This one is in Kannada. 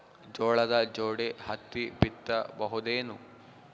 ಜೋಳದ ಜೋಡಿ ಹತ್ತಿ ಬಿತ್ತ ಬಹುದೇನು?